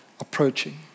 approaching